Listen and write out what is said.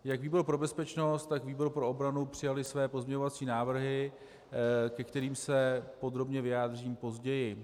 Jak výbor pro bezpečnost, tak výbor pro obranu přijaly své pozměňovací návrhy, ke kterým se podrobně vyjádřím později.